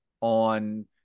on